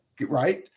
Right